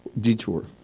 detour